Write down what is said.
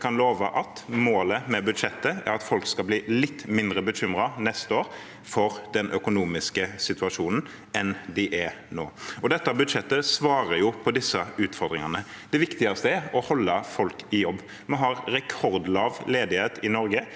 målet med budsjettet er at folk skal bli litt mindre bekymret neste år for den økonomiske situasjonen enn de er nå, og dette budsjettet svarer på disse utfordringene. Det viktigste er å holde folk i jobb. Vi har rekordlav ledighet i Norge.